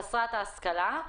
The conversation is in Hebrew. חסרת ההשכלה,